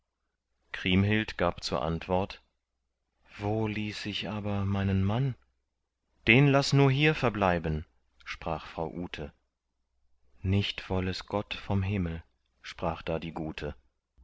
kriemhild gab zur antwort wo ließ ich aber meinen mann den laß nur hier verbleiben sprach frau ute nicht woll es gott vom himmel sprach da die gute